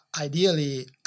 ideally